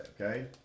okay